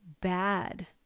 bad